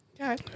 okay